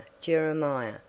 Jeremiah